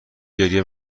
گریه